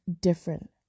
different